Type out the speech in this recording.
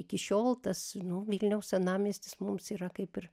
iki šiol tas nu vilniaus senamiestis mums yra kaip ir